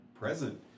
present